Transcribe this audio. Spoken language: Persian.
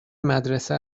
مدرسه